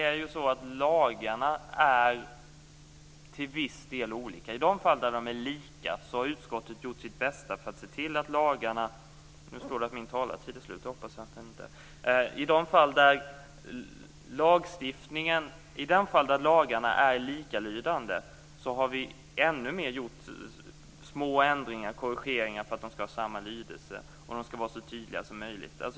Fru talman! Lagarna är till viss del olika. I de fall där de är likalydande har utskottet gjort sitt bästa och gjort små korrigeringar för att se till att lagarna skall ha samma lydelse och att de skall vara så tydliga som möjligt.